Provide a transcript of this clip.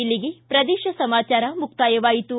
ಇಲ್ಲಿಗೆ ಪ್ರದೇಶ ಸಮಾಚಾರ ಮುಕ್ತಾಯವಾಯಿತು